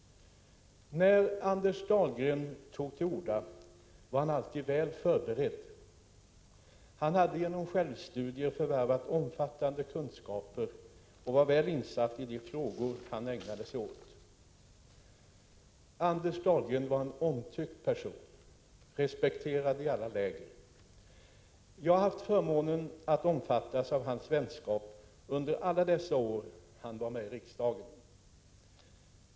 När Anders Dahlgren tog till orda var han alltid väl förberedd. Han hade genom självstudier förvärvat omfattande kunskaper och var väl insatt i de frågor han ägnade sig åt. Anders Dahlgren var en omtyckt person — respekterad i alla läger. Jag har haft förmånen att omfattas av hans vänskap under alla dessa år han var med i riksdagen.